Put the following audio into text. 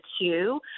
two